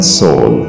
soul